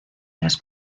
las